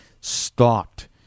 stopped